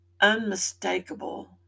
unmistakable